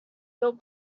built